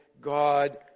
God